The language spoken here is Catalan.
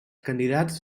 candidats